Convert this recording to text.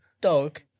dog